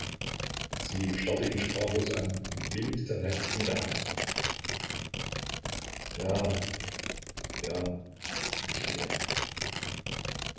sie starrte ihn sprachlos an und winkte dann heftig mit der hand ja ja ich gehe